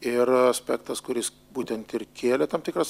ir aspektas kuris būtent ir kėlė tam tikras